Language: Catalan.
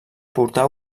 portar